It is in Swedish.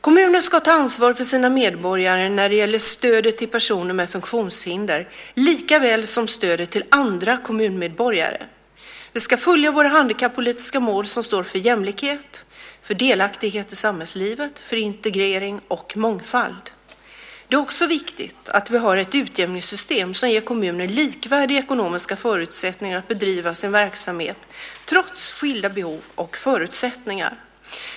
Kommuner ska ta ansvar för sina medborgare när det gäller stödet till personer med funktionshinder lika väl som stödet till andra kommunmedborgare. Vi ska följa våra handikappolitiska mål som står för jämlikhet, för delaktighet i samhällslivet, för integrering och mångfald. Det är också viktigt att vi har ett utjämningssystem som ger kommuner likvärdiga ekonomiska förutsättningar att bedriva sin verksamhet trots skilda behov och förutsättningar.